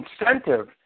incentive